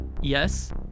Yes